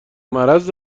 مرض